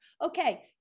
Okay